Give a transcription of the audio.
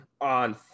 on